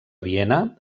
viena